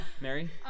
Mary